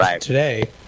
today